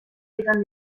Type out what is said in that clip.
izan